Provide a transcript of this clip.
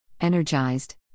energized